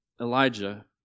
Elijah